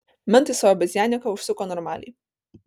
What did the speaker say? mentai savo abizjaniką užsuko normaliai